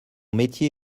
métier